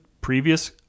previous